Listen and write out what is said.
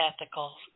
ethical